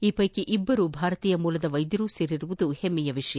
ಈ ಪೈಕಿ ಇಬ್ಬರು ಭಾರತೀಯ ಮೂಲದ ವೈದ್ಯರೂ ಸೇರಿರುವುದು ಹಮ್ನೆಯ ವಿಷಯ